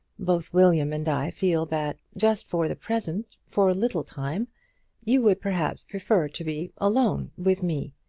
both william and i feel that just for the present for a little time you would perhaps prefer to be alone with me.